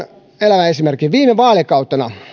elävän esimerkin viime vaalikautena